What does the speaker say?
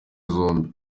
zombi